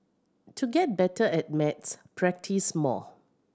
to get better at maths practise more